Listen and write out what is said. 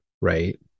right